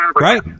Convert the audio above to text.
right